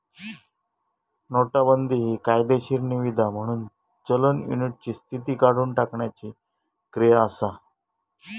नोटाबंदी हि कायदेशीर निवीदा म्हणून चलन युनिटची स्थिती काढुन टाकण्याची क्रिया असा